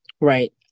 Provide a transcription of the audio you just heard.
Right